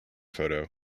photo